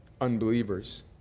unbelievers